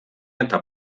eta